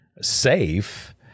safe